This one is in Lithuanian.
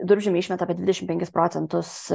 durpžemiai išmeta apie dvidešim penkis procentus